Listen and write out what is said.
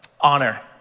honor